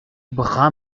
bras